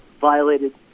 violated